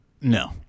no